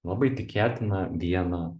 labai tikėtina vieną